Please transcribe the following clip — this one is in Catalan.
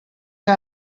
que